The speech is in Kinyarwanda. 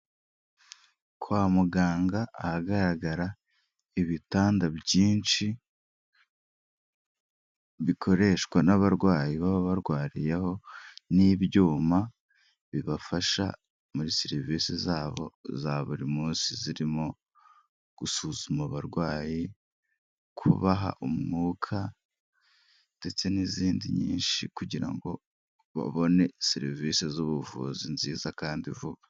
Kwa muganga, ahagaragara ibitanda byinshi bikoreshwa n'abarwayi baba barwariyeho n'ibyuma bibafasha muri serivisi zabo za buri munsi zirimo gusuzuma abarwayi, kubaha umwuka ndetse n'izindi nyinshi kugira ngo babone serivisi z'ubuvuzi nziza kandi vuba.